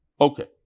Okay